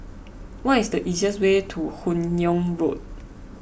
what is the easiest way to Hun Yeang Road